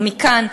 ומכאן,